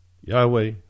Yahweh